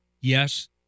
Yes